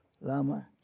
Lama